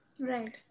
Right